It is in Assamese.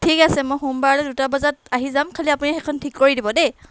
ঠিক আছে মই সোমবাৰলৈ দুটা বজাত আহি যাম খালি আপুনি সেইখন ঠিক কৰি দিব দেই